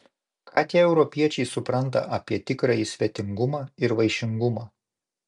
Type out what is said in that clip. ką tie europiečiai supranta apie tikrąjį svetingumą ir vaišingumą